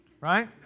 Right